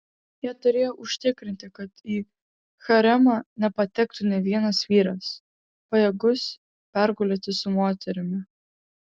jie turėjo užtikrinti kad į haremą nepatektų nė vienas vyras pajėgus pergulėti su moterimi